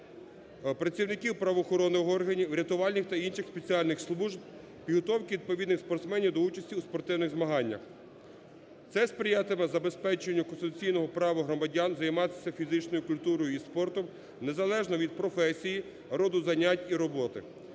працівників правоохоронних органів, рятувальних та інших спеціальних служб, підготовки відповідних спортсменів до участі у спортивних змаганнях". Це сприятиме забезпеченню конституційного права громадян займатися фізичною культурою і спортом незалежно від професії, роду занять і роботи.